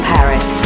Paris